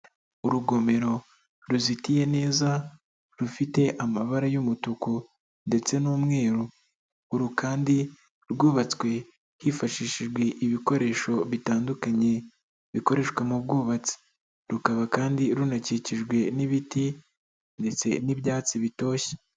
Urugomero ruzitiye neza rufite amabara y'umutuku ndetse n'umweru, uru kandi rwubatswe hifashishijwe ibikoresho bitandukanye bikoreshwa mu bwubatsi, rukaba kandi runakikijwe n'ibiti ndetse n'ibyatsi bitoshye.